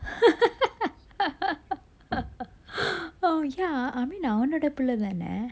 oh ya I mean அவனோட புள்ள தான:avanoda pulla thana